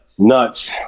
Nuts